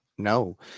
No